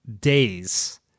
days